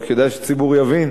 רק כדאי שהציבור יבין.